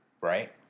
Right